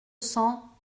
cents